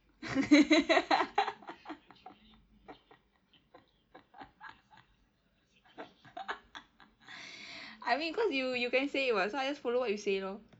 I mean cause you you can say it [what] so I just follow what you say lor